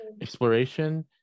exploration